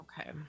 Okay